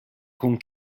con